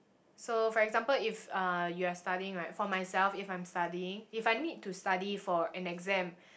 so for example if uh you are studying right for myself if I'm studying if I need to study for an exam